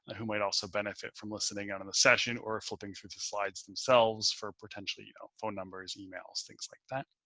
who might also benefit from listening to and and the session or a full things for the slides themselves for potentially, you know, phone numbers, emails, things like that.